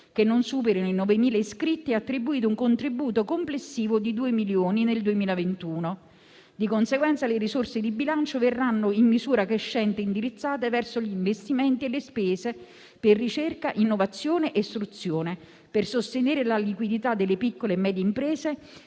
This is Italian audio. che non superino i 9.000 iscritti, è attribuito un contributo complessivo di 2 milioni nel 2021. Di conseguenza, le risorse di bilancio verranno in misura crescente indirizzate verso gli investimenti e le spese per ricerca, innovazione e istruzione. Per sostenere la liquidità delle piccole e medie imprese